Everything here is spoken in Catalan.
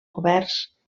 governs